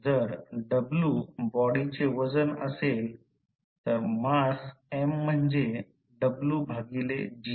जर w बॉडीचे वजन असेल तर मास M म्हणजे w भागिले g